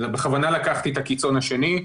בכוונה לקחתי את הקיצון השני.